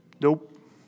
Nope